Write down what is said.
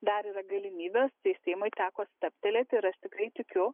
dar yra galimybės tai seimui teko stabtelėti ir aš tikrai tikiu